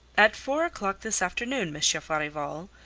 at four o'clock this afternoon, monsieur farival,